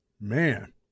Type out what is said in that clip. Man